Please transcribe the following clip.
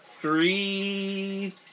three